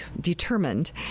determined